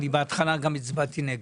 בהתחלה גם הצבעתי נגד.